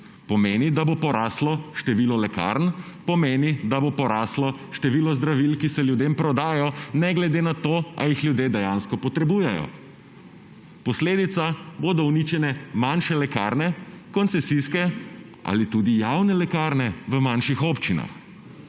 Pomeni, da bo poraslo število lekarn, pomeni, da bo poraslo število zdravil, ki se ljudem prodajo ne glede na to, ali jih ljudje dejansko potrebujejo. Posledica bodo uničene manjše lekarne, koncesijske ali tudi javne lekarne v manjših občinah.